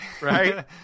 right